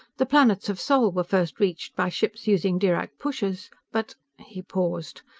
the planets of sol were first reached by ships using dirac pushers. but he paused.